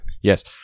Yes